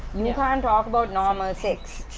you know um talk about normal sex.